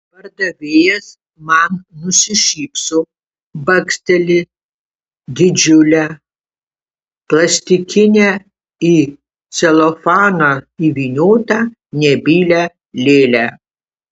pardavėjas man nusišypso baksteli didžiulę plastikinę į celofaną įvyniotą nebylią lėlę